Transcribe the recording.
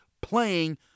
playing